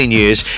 years